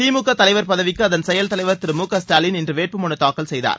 திமுக தலைவர் பதவிக்கு அதன் செயல்தலைவர் திரு மூ க ஸ்டாலின் இன்று வேட்புமனு தாக்கல் செய்தார்